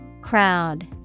Crowd